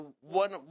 one